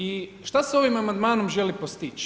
I šta se ovim amandmanom želi postić?